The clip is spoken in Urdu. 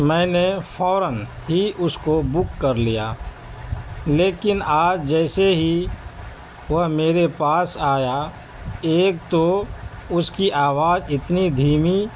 ميں نے فوراً ہى اس كو بک کر لیا ليکن آج جیسے ہی وہ میرے پاس آيا ايک تو اس كى آواز اتنى دھیمی